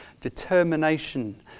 determination